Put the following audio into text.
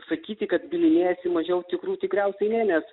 sakyti kad bylinėjasi mažiau tikrų tikriausiai ne nes